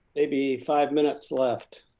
maybe five minutes left.